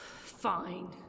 Fine